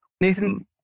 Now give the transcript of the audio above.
Nathan